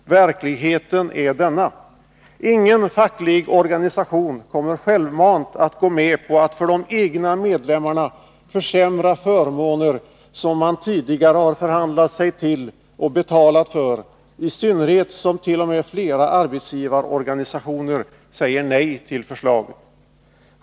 Verkligheten är denna: Ingen facklig organisation kommer självmant att gå med på att för de egna medlemmarna försämra förmåner som man tidigare har förhandlat sig till och betalat för, i synnerhet som t.o.m. flera arbetsgivarorganisationer säger nej till förslaget.